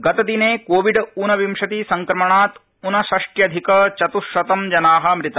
गतदिने कोविड़ ऊनविशति संक्रमणात् ऊन षष्ट्यधिक चत्ःशतं जना मृता